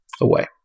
away